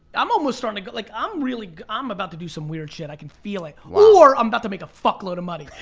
i'm almost starting to get, like i'm i'm about to do some weird shit, i can feel it. or i'm about to make a fuck load of money.